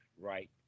right